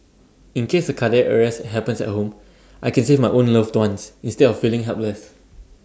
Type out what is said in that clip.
in case A cardiac arrest happens at home I can save my own loved ones instead of feeling helpless